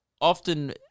often